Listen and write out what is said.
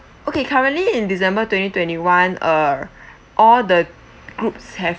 okay currently in december twenty twenty one uh all the groups have